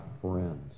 friends